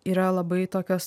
yra labai tokios